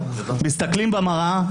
מסתכלים במראה,